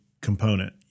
component